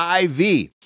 IV